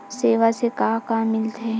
सेवा से का का मिलथे?